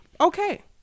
okay